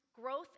growth